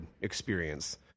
experience